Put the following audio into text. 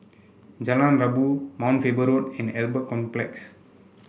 Jalan Rabu Mount Faber Road and Albert Complex